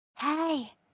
Hey